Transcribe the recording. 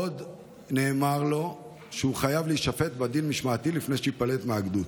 עוד נאמר לו שהוא חייב להישפט בדין משמעתי לפני שייפלט מהגדוד